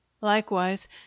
likewise